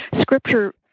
Scripture